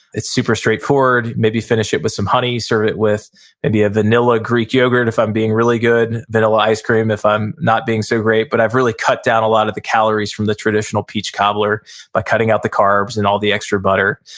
it's super straight-forward. maybe finish it with some honey, serve it with maybe a vanilla greek yogurt if i'm being really good, vanilla ice cream if i'm not being so great. but i've really cut down a lot of the calories from the traditional peach cobbler by cutting out the carbs and all the extra butter.